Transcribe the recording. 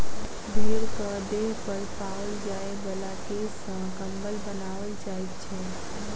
भेंड़क देह पर पाओल जाय बला केश सॅ कम्बल बनाओल जाइत छै